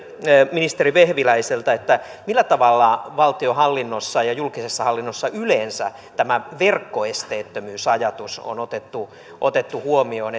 ministeri vehviläiseltä millä tavalla valtionhallinnossa ja julkisessa hallinnossa yleensä tämä verkkoesteettömyysajatus on otettu otettu huomioon